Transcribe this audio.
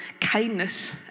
kindness